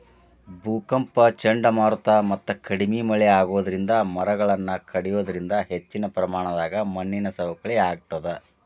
ಭೂಕಂಪ ಚಂಡಮಾರುತ ಮತ್ತ ಕಡಿಮಿ ಮಳೆ ಆಗೋದರಿಂದ ಮರಗಳನ್ನ ಕಡಿಯೋದರಿಂದ ಹೆಚ್ಚಿನ ಪ್ರಮಾಣದಾಗ ಮಣ್ಣಿನ ಸವಕಳಿ ಆಗ್ತದ